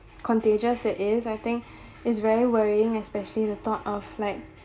contagious it is I think is very worrying especially the thought of like